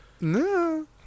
No